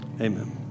Amen